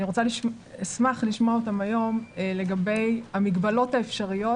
אשמח לשמוע אותם היום לגבי המגבלות האפשריות